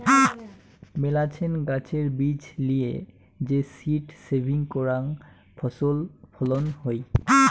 মেলাছেন গাছের বীজ লিয়ে যে সীড সেভিং করাং ফছল ফলন হই